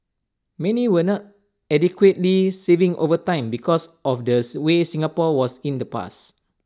many were not adequately saving over time because of the way Singapore was in the past